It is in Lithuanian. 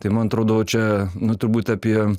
tai man atrodo čia nu turbūt apie